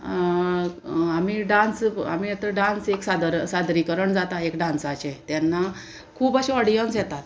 आमी डांस आमी आतां डांस एक सादर सादरीकरण जाता एक डांसाचें तेन्ना खूब अशे ऑडियन्स येतात